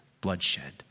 Bloodshed